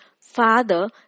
Father